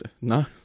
No